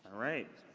right.